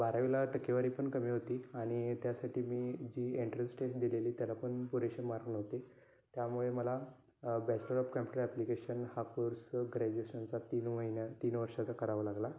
बारावीला टक्केवारी पण कमी होती आणि त्यासाठी मी जी एन्ट्रन्स टेस्ट दिलेली त्याला पण पुरेसे मार्क नव्हते त्यामुळे मला बॅचलर ऑफ कॅम्पुटर ॲप्लिकेशन हा कोर्स ग्रॅजुएशनचा तीन महिन्या तीन वर्षाचा करावा लागला